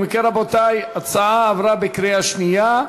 אם כן, רבותי, ההצעה עברה בקריאה שנייה.